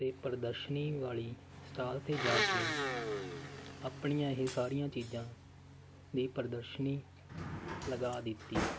ਅਤੇ ਪ੍ਰਦਰਸ਼ਨੀ ਵਾਲੀ ਸਟਾਲ 'ਤੇ ਜਾ ਕੇ ਆਪਣੀਆਂ ਇਹ ਸਾਰੀਆਂ ਚੀਜ਼ਾਂ ਦੀ ਪ੍ਰਦਰਸ਼ਨੀ ਲਗਾ ਦਿੱਤੀ